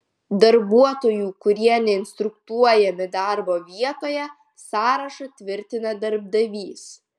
darbuotojų kurie neinstruktuojami darbo vietoje sąrašą tvirtina darbdavys